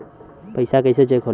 पैसा कइसे चेक होला?